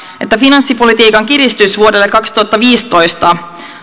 että finanssipolitiikan kiristys vuodelle kaksituhattaviisitoista